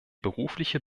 berufliche